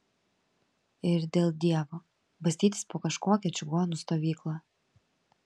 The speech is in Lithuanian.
ir dėl dievo bastytis po kažkokią čigonų stovyklą